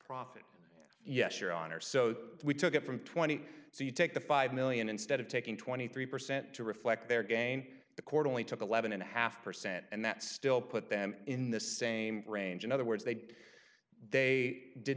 profit yes your honor so we took it from twenty so you take the five million dollars instead of taking twenty three percent to reflect their gain the court only took eleven and a half percent and that still put them in the same range in other words they did they did